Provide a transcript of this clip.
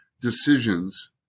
decisions